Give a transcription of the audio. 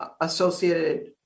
associated